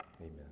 amen